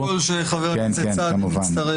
ייכתב בפרוטוקול שחבר הכנסת סעדי מצטרף.